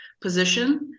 position